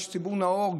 יש ציבור נאור,